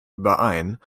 überein